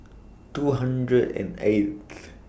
two hundred and eighth